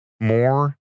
more